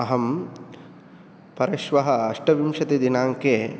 अहं परश्वः अष्टाविंशतिदिनाङ्के